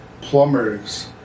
plumbers